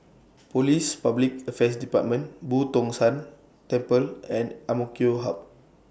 Police Public Affairs department Boo Tong San Temple and Amk Hub